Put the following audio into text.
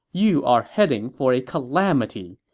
you are heading for a calamity.